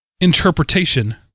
interpretation